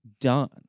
done